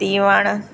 तीवण